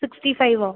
sixty ഫൈവോ